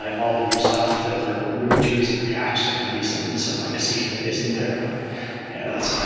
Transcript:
all the new stuff that were were moving to is in react. there might be some some legacy that isn't there but yeah that's